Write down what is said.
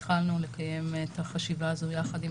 התחלנו לקיים את החשיבה הזו יחד עם